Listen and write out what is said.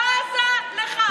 בזה לך.